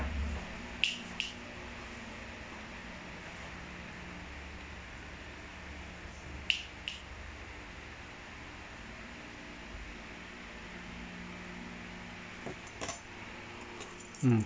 mm